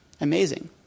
Amazing